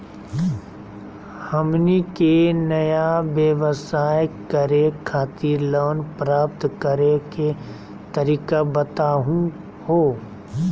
हमनी के नया व्यवसाय करै खातिर लोन प्राप्त करै के तरीका बताहु हो?